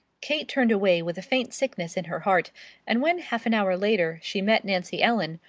kate turned away with a faint sickness in her heart and when half an hour later she met nancy ellen,